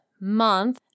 month